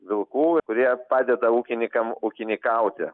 vilkų kurie padeda ūkinykam ūkinykauti